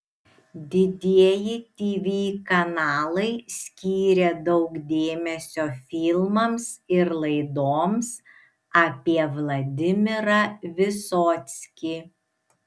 didieji tv kanalai skyrė daug dėmesio filmams ir laidoms apie vladimirą vysockį